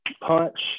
punch